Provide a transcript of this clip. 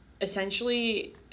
essentially